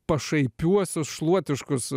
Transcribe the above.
pašaipiuosius šluotiškus